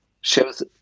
shows